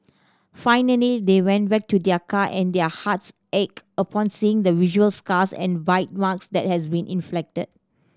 finally they went back to their car and their hearts ached upon seeing the visual scars and bite marks that has been inflicted